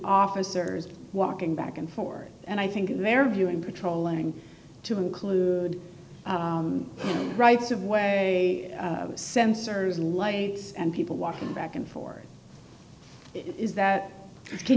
officers walking back and forth and i think they're viewing patrolling to include rights of way sensors and lights and people walking back and forth is that can